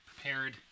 prepared